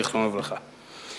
זיכרונו לברכה.